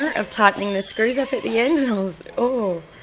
sort of tightening the screws up at the end, i was. ooh,